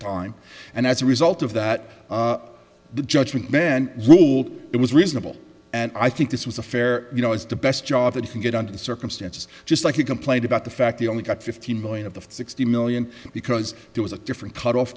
time and as a result of that the judgment men ruled it was reasonable and i think this was a fair you know as to best job that you can get under the circumstances just like you complained about the fact the only got fifteen million of the sixty million because there was a different cutoff